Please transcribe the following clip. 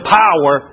power